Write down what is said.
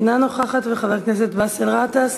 אינה נוכחת, חבר הכנסת באסל גטאס,